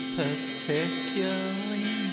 particularly